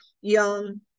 young